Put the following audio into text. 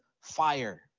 fire